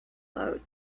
float